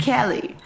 Kelly